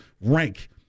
rank